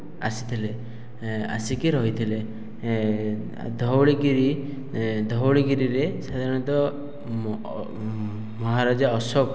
ଆସିଥିଲେ ଆସିକି ରହିଥିଲେ ଧଉଳିଗିରି ଧଉଳିଗିରିରିରେ ସାଧାରଣତଃ ମହାରାଜା ଅଶୋକ